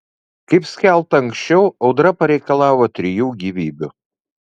kaip skelbta anksčiau audra pareikalavo trijų gyvybių